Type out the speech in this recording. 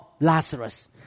Lazarus